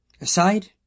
aside